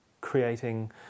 creating